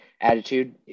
attitude